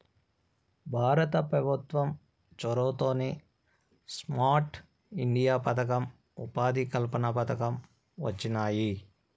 భారత పెభుత్వం చొరవతోనే స్మార్ట్ ఇండియా పదకం, ఉపాధి కల్పన పథకం వొచ్చినాయి